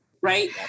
right